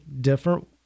different